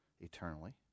eternally